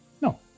No